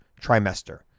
trimester